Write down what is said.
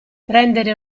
prendere